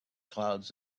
clouds